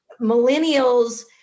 millennials